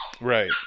Right